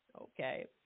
Okay